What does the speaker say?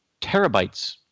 terabytes